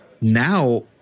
now